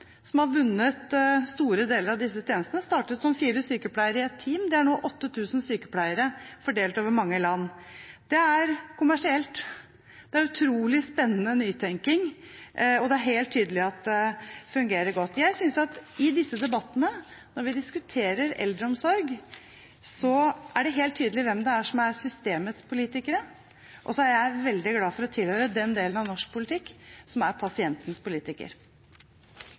disse tjenestene. De startet med fire sykepleiere i ett team. I dag er det 8 000 sykepleiere fordelt over mange land. Det er kommersielt og utrolig spennende nytenking, og det er helt tydelig at det fungerer godt. I disse debattene når vi diskuterer eldreomsorg, er det helt tydelig hvem som er systemets politikere. Jeg er veldig glad for å tilhøre den delen av norsk politikk som er pasientens